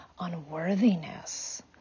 unworthiness